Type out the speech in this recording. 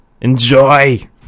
Enjoy